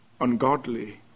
ungodly